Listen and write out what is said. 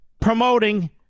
promoting